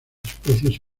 especies